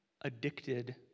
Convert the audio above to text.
addicted